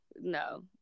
No